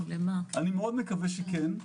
מאוד מקווה שכן.